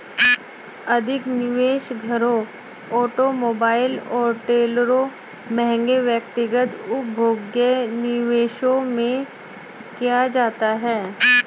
अधिक निवेश घरों ऑटोमोबाइल और ट्रेलरों महंगे व्यक्तिगत उपभोग्य निवेशों में किया जाता है